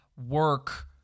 Work